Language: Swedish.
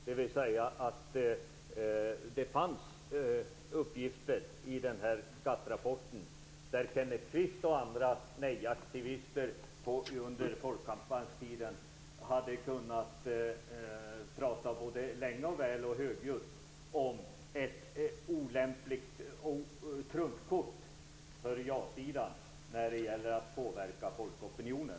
Det fanns uppgifter i den här GATT-rapporten som Kenneth Kvist och andra som var nej-aktivister under folkkampanjstiden hade kunnat prata både länge och väl och högljutt om, som ett olämpligt trumfkort för ja-sidan när det gällde att påverka folkopinionen.